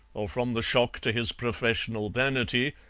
or from the shock to his professional vanity,